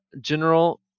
general